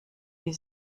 die